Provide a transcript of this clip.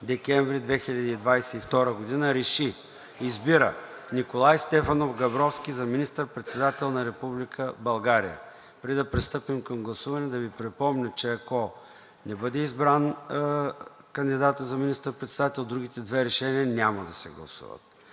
декември 2022 г. РЕШИ: Избира Николай Стефанов Габровски за министър- председател на Република България.“ Преди да пристъпим към гласуване, да Ви припомня, че ако не бъде избран кандидатът за министър-председател, другите две решения няма да се гласуват.